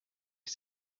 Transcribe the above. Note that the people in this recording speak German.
ich